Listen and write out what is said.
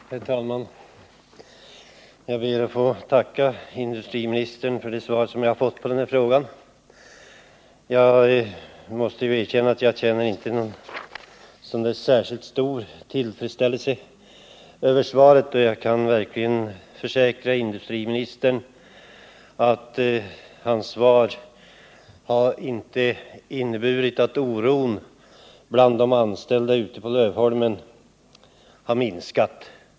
Herr talman! Jag ber att få tacka industriministern för det svar jag har fått på den här frågan, men jag måste säga att jag inte känner någon särskilt stor tillfredsställelse över det. Jag kan också försäkra industriministern att hans svarinte innebäratt oron bland de anställda ute på Lövholmen minskar.